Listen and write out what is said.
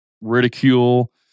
ridicule